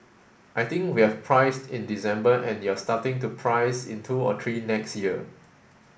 I think we have priced in December and you're starting to price in two or three next year